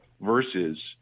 versus